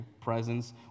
presence